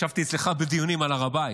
ישבתי אצלך בדיונים על הר הבית,